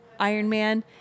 Ironman